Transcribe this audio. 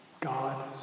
God